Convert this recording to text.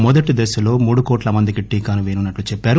మొదటి దశలో మూడు కోట్ల మందికి టీకాను పేయనున్నట్లు ఆయన చెప్పారు